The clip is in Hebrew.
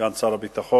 סגן שר הביטחון,